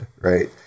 right